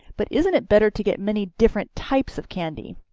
but isn't it better to get many different types of candy?